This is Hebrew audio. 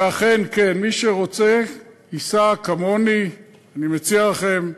ואכן כן, מי שרוצה ייסע כמוני, אני מציע לכם,